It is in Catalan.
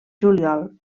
juliol